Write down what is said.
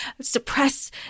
suppress